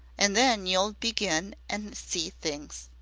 an' then you'll begin an' see things.